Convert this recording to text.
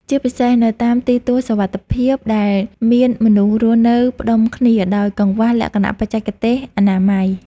ជាពិសេសនៅតាមទីទួលសុវត្ថិភាពដែលមានមនុស្សរស់នៅផ្ដុំគ្នាដោយកង្វះលក្ខណៈបច្ចេកទេសអនាម័យ។